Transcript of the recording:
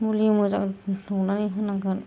मुलि मोजां दौनानै होनांगोन